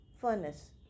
furnace